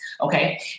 Okay